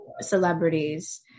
celebrities